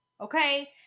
Okay